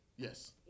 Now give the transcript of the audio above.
Yes